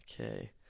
Okay